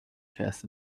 chess